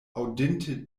aŭdinte